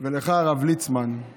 ולהגיד לך, הרב ליצמן,